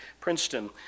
Princeton